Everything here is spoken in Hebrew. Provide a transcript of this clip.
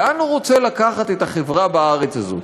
לאן הוא רוצה לקחת את החברה בארץ הזאת?